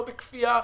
לא בכפייה,